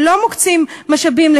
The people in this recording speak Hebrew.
לא מוקצים משאבים למחקרים אפידמיולוגיים,